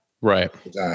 Right